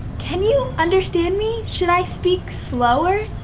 can you understand me? should i speak slower?